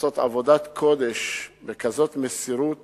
עושים עבודת קודש בכזאת מסירות